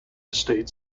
estate